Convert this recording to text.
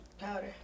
powder